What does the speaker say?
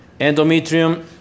Endometrium